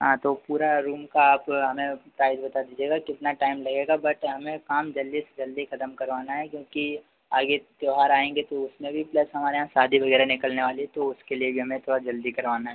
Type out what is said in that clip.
हाँ तो पूरा रूम का आप हमें प्राइज़ बता दीजिएगा कितना टाइम लगेगा बट हमें काम जल्दी से जल्दी ख़त्म करवाना है क्योंकि आगे त्यौहार आएँगे तो उसमें भी प्लस हमारे यहाँ शादी वग़ैरह निकलने वाली है तो उसके लिए भी हमें थोड़ा जल्दी करवाना है